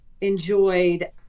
enjoyed